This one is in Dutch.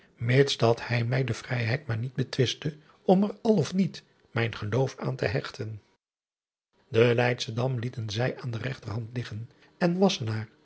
mits dat hij mij de vrijheid maar niet betwiste om er al of niet mijn geloof aan te hechten en eydschen am lieten zij aan de regterhand liggen en